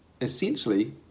essentially